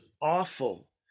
awful